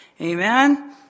Amen